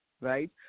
right